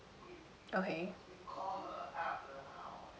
okay